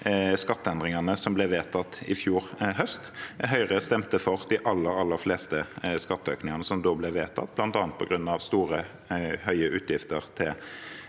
skatteendringene som ble vedtatt i fjor høst. Høyre stemte for de aller, aller fleste skatteøkningene som da ble vedtatt, bl.a. på grunn av store, høye utgifter i